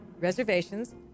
reservations